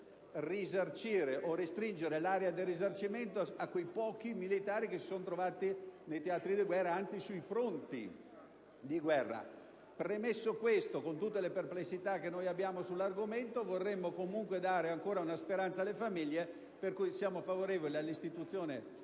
però restringere l'area del risarcimento a quei pochi militari che si sono trovati nei teatri di guerra, anzi sui fronti di guerra. Premesso ciò, con tutte le perplessità che abbiamo sull'argomento, vorremmo dare ancora una speranza alle famiglie, per cui siamo favorevoli all'istituzione di una